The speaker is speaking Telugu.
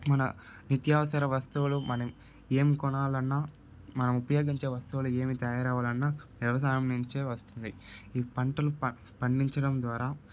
మన నిత్యావసర వస్తువులు మనం ఏం కొనాలన్నా మనం ఉపయోగించే వస్తువులు ఏం తయారు అవ్వాలన్నా వ్యవసాయం నుంచే వస్తుంది ఈ పంటలు ప పండించడం ద్వారా